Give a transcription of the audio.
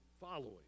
following